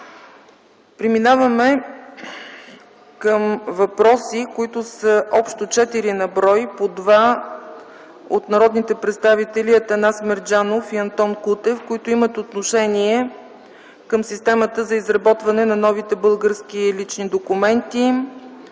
Преминаваме към въпроси, които са общо четири на брой, по два от народните представители Атанас Мерджанов и Антон Кутев, които имат отношение към системата за изработване на новите български лични документи,